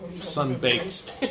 sun-baked